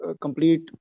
complete